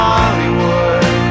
Hollywood